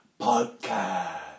Podcast